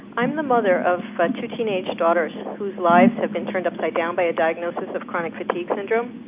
i'm the mother of but two teenage daughters whose lives have been turned upside down by a diagnosis of chronic fatigue syndrome.